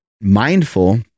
mindful